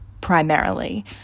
primarily